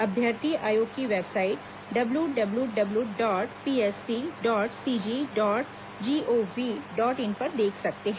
अभ्यर्थी आयोग की website W W W dot PSC dot CG dot GOV dot in पर देख सकते है